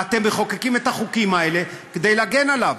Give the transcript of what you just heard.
אתם מחוקקים את החוקים האלה כדי להגן עליו.